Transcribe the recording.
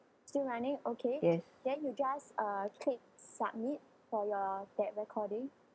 yes